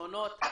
הממונות,